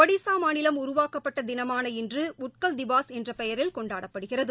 ஒடிசா மாநிலம் உருவாக்கப்பட்ட தினமான இன்று உட்கல் திவாஸ் என்ற பெயரில் கொண்டாடப்படுகிறது